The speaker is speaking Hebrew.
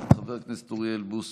חבר הכנסת אוריאל בוסו,